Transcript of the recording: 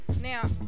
Now